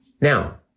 Now